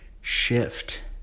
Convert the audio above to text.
shift